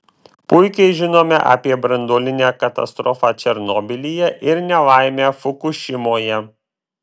puikiai žinome apie branduolinę katastrofą černobylyje ir nelaimę fukušimoje